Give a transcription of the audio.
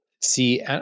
see